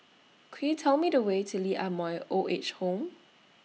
Could YOU Tell Me The Way to Lee Ah Mooi Old Age Home